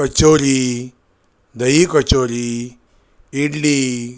kachori dahi kachori idli